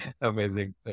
Amazing